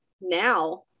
now